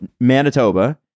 manitoba